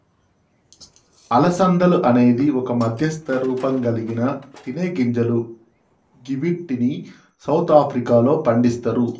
అలసందలు అనేది ఒక మధ్యస్థ రూపంకల్గిన తినేగింజలు గివ్విటిని సౌత్ ఆఫ్రికాలో పండిస్తరు